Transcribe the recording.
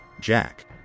Jack